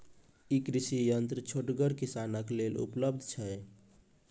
ई कृषि यंत्र छोटगर किसानक लेल उपलव्ध छै?